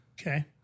Okay